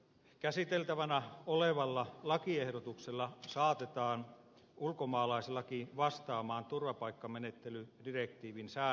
käsiteltävänä olevalla lakiehdotuksella saatetaan ulkomaalaislaki vastaamaan turvapaikkamenettelydirektiivin säännöksiä